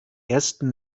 ersten